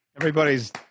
everybody's